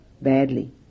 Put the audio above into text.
badly